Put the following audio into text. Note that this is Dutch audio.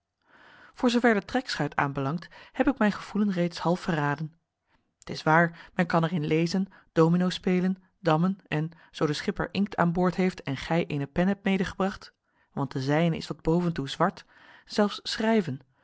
voor zoover de trekschuit aanbelangt heb ik mijn gevoelen reeds half verraden t is waar men kan er in lezen domino spelen dammen en zoo de schipper inkt aan boord heeft en gij eene pen hebt medegebracht want de zijne is tot boven toe zwart zelfs schrijven